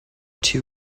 two